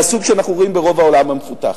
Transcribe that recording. מהסוג שאנחנו רואים ברוב העולם המפותח.